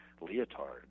leotard